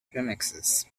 remixes